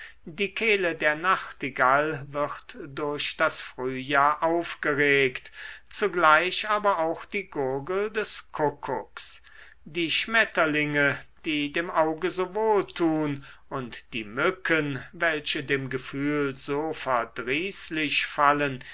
die kehle der nachtigall wird durch das frühjahr aufgeregt zugleich aber auch die gurgel des kuckucks die schmetterlinge die dem auge so wohl tun und die mücken welche dem gefühl so verdrießlich fallen